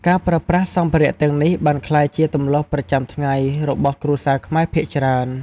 ការប្រើប្រាស់សម្ភារៈទាំងនេះបានក្លាយជាទម្លាប់ប្រចាំថ្ងៃរបស់គ្រួសារខ្មែរភាគច្រើន។